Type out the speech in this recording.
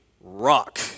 rock